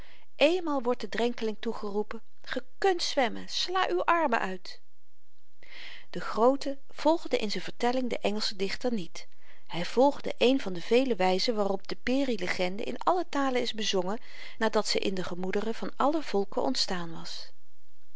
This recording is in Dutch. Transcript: eénmaal wordt den drenkeling toegeroepen ge kùnt zwemmen sla uw armen uit de groote volgde in z'n vertelling den engelschen dichter niet hy volgde een van de vele wyzen waarop de peri legende in alle talen is bezongen nadat ze in de gemoederen van alle volken ontstaan was